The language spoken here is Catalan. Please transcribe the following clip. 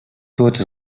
tots